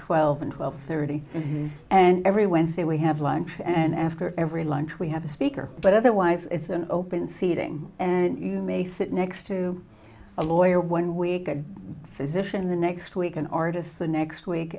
twelve and twelve thirty and every wednesday we have lunch and after every lunch we have a speaker but otherwise it's an open seating and you may sit next to a lawyer one week a physician the next week an artist the next week